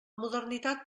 modernitat